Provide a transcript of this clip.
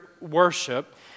worship